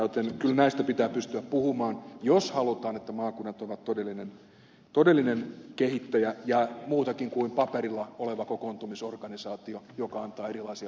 kyllä näistä pitää pystyä puhumaan jos halutaan että maakunnat ovat todellinen kehittäjä ja muutakin kuin paperilla oleva kokoontumisorganisaatio joka antaa erilaisia lausuntoja